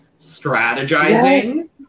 strategizing